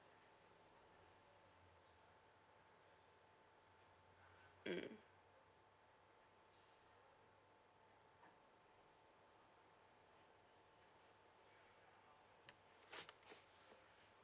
mm